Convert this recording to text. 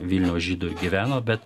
vilniaus žydų gyveno bet